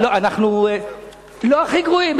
אנחנו לא הכי גרועים.